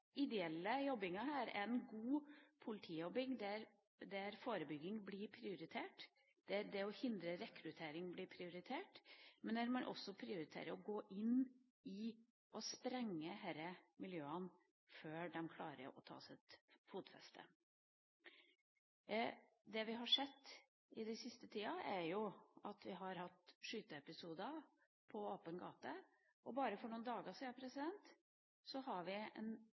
ideelle jobbinga her er en god politijobbing der forebygging blir prioritert, der det å hindre rekruttering blir prioritert, men der man også prioriterer å gå inn i og sprenge disse miljøene før de klarer å få fotfeste. Det vi har sett den siste tida, er at vi har hatt skyteepisoder på åpen gate. Bare for noen dager siden hadde vi en